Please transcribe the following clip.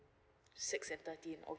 six and thirteen okay